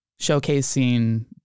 showcasing